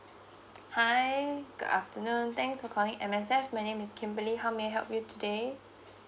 hi good afternoon thanks for calling M_S_F my name is kimberly how may I help you today